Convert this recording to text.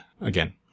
Again